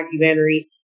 documentary